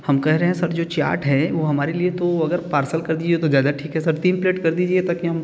हम कह रहे हैं सर जो चाट है वो हमारे लिए तो अगर पार्सल कर दीजिए तो ज़्यादा ठीक है सर तीन प्लेट कर दीजिए ताकि हम